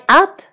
up